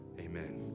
amen